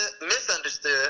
misunderstood